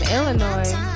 Illinois